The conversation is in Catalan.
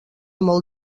molt